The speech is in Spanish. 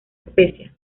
especia